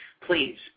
please